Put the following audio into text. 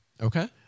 Okay